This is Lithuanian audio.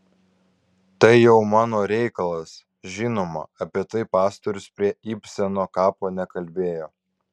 tai jau mano reikalas žinoma apie tai pastorius prie ibseno kapo nekalbėjo